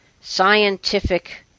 scientific